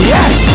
Yes